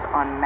on